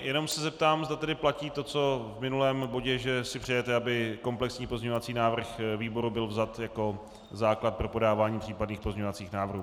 Jenom se zeptám, zda platí to co v minulém bodě, že si přejete, aby komplexní pozměňovací návrh výboru byl vzat jako základ pro podávání případných pozměňovacích návrhů.